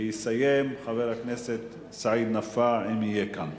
ויסיים חבר הכנסת סעיד נפאע, אם יהיה כאן.